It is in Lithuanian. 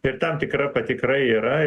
ir tam tikra patikra yra